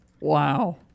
Wow